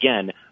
again